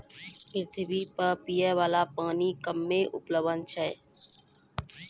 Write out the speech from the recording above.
पृथ्वी पर पियै बाला मीठा पानी कम्मे उपलब्ध छै